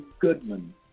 Goodman